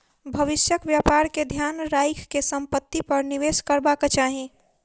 भविष्यक व्यापार के ध्यान राइख के संपत्ति पर निवेश करबाक चाही